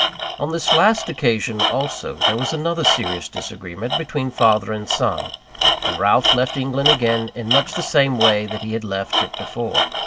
on this last occasion, also, there was another serious disagreement between father and son and ralph left england again in much the same way that he had left it before.